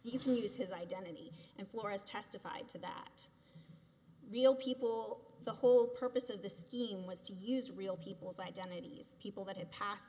you can use his identity and flora's testified to that real people the whole purpose of the scheme was to use real people's identities people that had passed